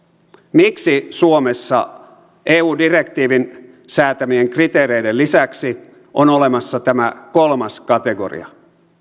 miksi suomessa eu direktiivin säätämien kriteereiden lisäksi on olemassa tämä kolmas kategoria